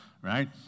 Right